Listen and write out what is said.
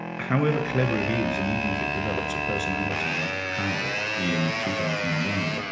however clever it is, and even if it develops a personality like hal in two thousand and one,